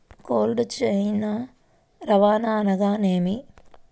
Cold chain రవాణా అనగా నేమి?